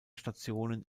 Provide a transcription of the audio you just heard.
stationen